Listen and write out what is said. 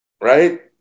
Right